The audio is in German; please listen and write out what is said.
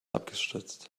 abgestürzt